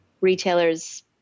retailers